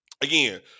again